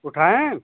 उठाएँ